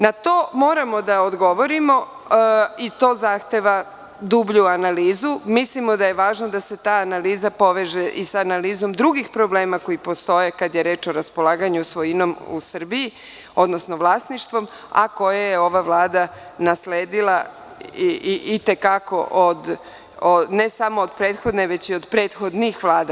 Na to moramo da odgovorimo i to zahteva dublju analizu, mislimo da je važno da se ta analiza poveže i sa analizom drugih problema koji postoje kada je reč o raspolaganju svojinom u Srbiji, odnosno vlasništvom, a koje je ova Vlada nasledila i te kako, ne samo od prethodne, već i od prethodnih vlada.